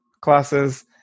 classes